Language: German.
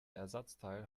ersatzteil